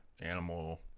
animal